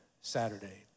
Saturday